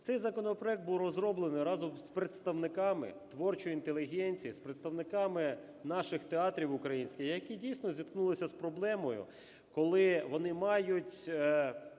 Цей законопроект був розроблений разом з представниками творчої інтелігенції, з представниками наших театрів українських, які, дійсно, зіткнулися з проблемою, коли вони мають